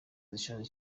zishaje